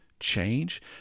change